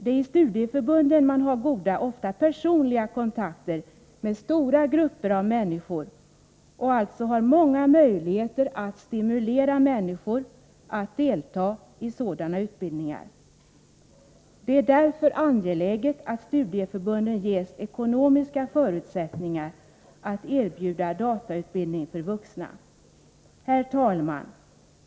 I studieförbunden har man goda — ofta personliga — kontakter med stora grupper av människor, och man har alltså många möjligheter att stimulera människor att delta i sådana utbildningar. Det är därför angeläget att studieförbunden ges ekonomiska förutsättningar att erbjuda datautbildning för vuxna. Herr talman!